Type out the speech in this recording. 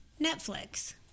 netflix